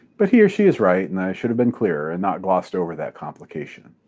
but he or she is right, and i should have been clearer and not glossed over that complication.